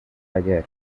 ayer